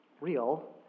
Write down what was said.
real